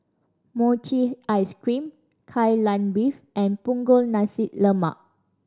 mochi ice cream Kai Lan Beef and Punggol Nasi Lemak